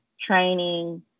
training